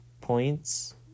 points